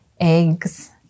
eggs